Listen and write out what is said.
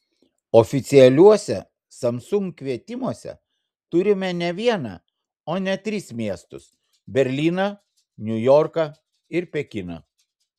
oficialiuose samsung kvietimuose turime ne vieną o net tris miestus berlyną niujorką ir pekiną